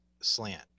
slant